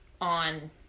on